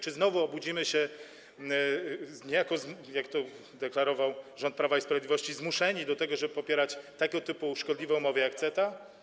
Czy znowu obudzimy się niejako, jak to deklarował rząd Prawa i Sprawiedliwości, zmuszeni do tego, żeby popierać tego typu szkodliwe umowy jak CETA?